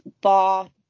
bar